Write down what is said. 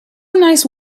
nice